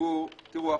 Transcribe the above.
בבקשה.